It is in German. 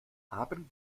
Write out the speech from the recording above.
haben